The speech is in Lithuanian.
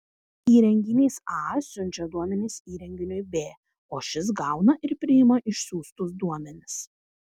įrenginys a siunčia duomenis įrenginiui b o šis gauna ir priima išsiųstus duomenis